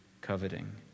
coveting